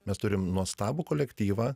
mes turim nuostabų kolektyvą